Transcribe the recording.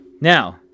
now